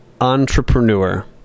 entrepreneur